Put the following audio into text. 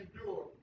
endure